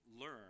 learn